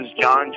John